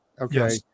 okay